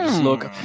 Look